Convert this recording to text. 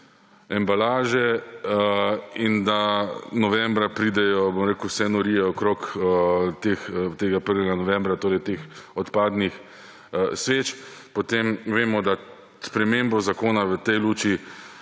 embalaže in da novembra pridejo, bom rekel, vse norije okrog tega 1. novembra, torej teh odpadnih sveč, potem vemo, da spremembo zakona v tej luči